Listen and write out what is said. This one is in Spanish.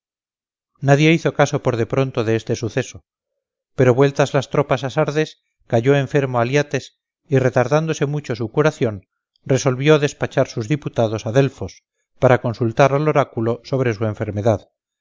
nadie hizo caso por de pronto de este suceso pero vueltas las tropas a sardes cayó enfermo aliates y retardándose mucho su curación resolvió despachar sus diputados a delfos para consultar al oráculo sobre su enfermedad